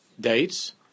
Dates